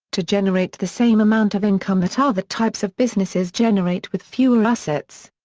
to generate the same amount of income that other types of businesses generate with fewer assets.